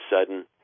sudden